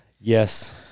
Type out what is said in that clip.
Yes